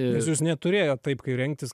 ne jūs neturėjot taip rengtis